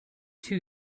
two